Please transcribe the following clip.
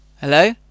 Hello